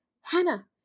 Hannah